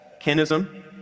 kinism